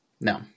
No